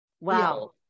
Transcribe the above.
wow